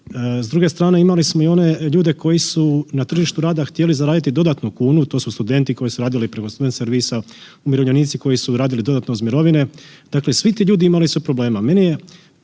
s druge strane imali smo i one ljude koji su na tržištu rada htjeli zaraditi dodatnu kunu to su studenti koji su radili preko student servisa, umirovljenici koji su radili dodatno uz mirovine. Dakle, svi ti ljudi imali su problema.